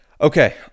Okay